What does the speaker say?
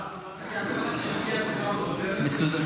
אעביר לך פנייה בצורה מסודרת.